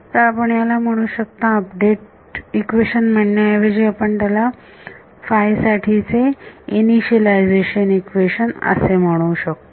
तर आपण याला म्हणू शकता अपडेट इक्वेशन म्हणण्याऐवजी आपण त्याला साठीचे इनिशियलायझेशन इक्वेशन असे म्हणू शकतो